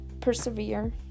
persevere